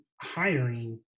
hiring